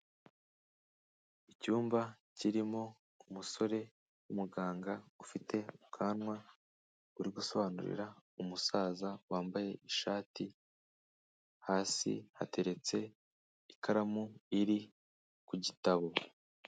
Icyumba kirimo umusore w'umuganga ufite ubwanwa, uri gusobanurira umusaza wambaye ishati hasi hateretse ikaramu iri ku gitabo.